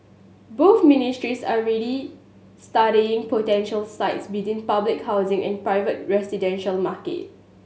both ministries are already studying potential sites within public housing and the private residential market